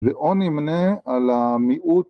ואו נמנה על המיעוט.